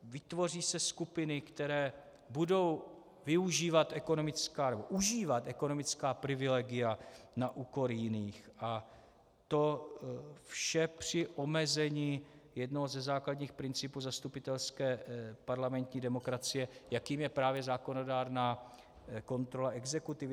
Vytvoří se skupiny, které budou užívat ekonomická privilegia na úkor jiných, a to vše při omezení jednoho ze základních principů zastupitelské parlamentní demokracie, jakým je právě zákonodárná kontrola exekutivy.